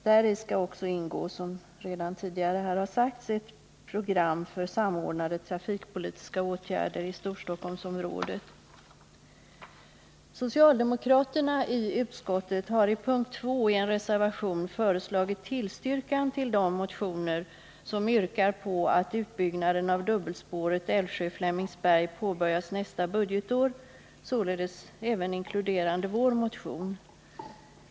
Däri skall också ingå ett program för samordnade trafikpolitiska åtgärder i Storstockholmsområdet. Socialdemokraterna i utskottet har i en reservation i anslutning till mom. 2 i utskottets hemställan tillstyrkt de motioner där man yrkar på att utbyggnaden av dubbelspåret Älvsjö-Flemingsberg påbörjas nästa budgetår. I detta yrkande inkluderas även vår motion.